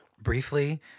briefly